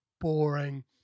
boring